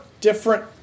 different